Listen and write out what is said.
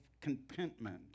contentment